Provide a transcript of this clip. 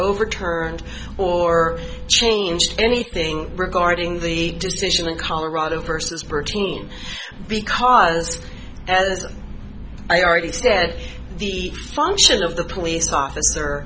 overturned or changed anything regarding the decision in colorado versus birching because as i already said the function of the police officer